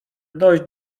dość